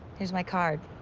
here's my card.